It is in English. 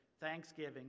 thanksgiving